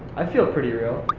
i feel pretty real.